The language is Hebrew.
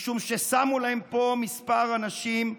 משום ששמו להם פה כמה אנשים,